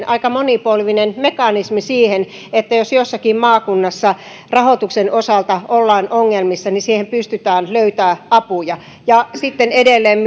aika monipolvinen mekanismi siihen että jos jossakin maakunnassa rahoituksen osalta ollaan ongelmissa niin siihen pystytään löytämään apuja sitten edelleen